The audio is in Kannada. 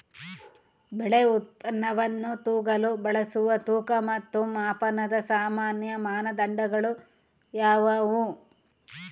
ಬೆಳೆ ಉತ್ಪನ್ನವನ್ನು ತೂಗಲು ಬಳಸುವ ತೂಕ ಮತ್ತು ಮಾಪನದ ಸಾಮಾನ್ಯ ಮಾನದಂಡಗಳು ಯಾವುವು?